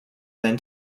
then